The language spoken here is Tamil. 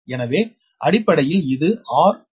எனவே அடிப்படையில் இது r d அடுக்கு 1 பை 4